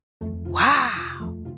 Wow